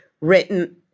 written